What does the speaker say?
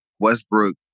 Westbrook